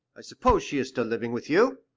i suppose she is still living with you?